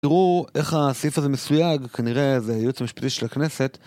תראו... איך הסעיף הזה מסויג, כנראה זה הייעוץ המשפטי של הכנסת.